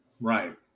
right